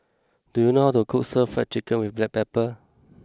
do you know how to cook Stir Fry Chicken with Black Pepper